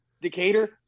Decatur